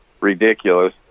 ridiculous